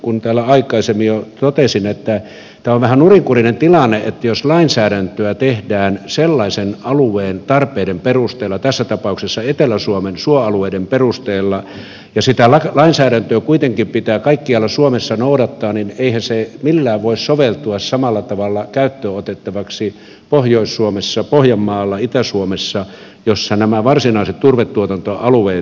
kun täällä aikaisemmin jo totesin että tämä on vähän nurinkurinen tilanne että jos lainsäädäntöä tehdään sellaisen alueen tarpeiden perusteella tässä tapauksessa etelä suomen suoalueiden perusteella ja sitä lainsäädäntöä kuitenkin pitää kaikkialla suomessa noudattaa niin eihän se millään voi soveltua samalla tavalla käyttöönotettavaksi pohjois suomessa pohjanmaalla itä suomessa missä nämä varsinaiset turvetuotantoalueet sijaitsevat